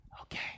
Okay